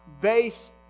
base